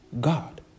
God